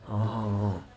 orh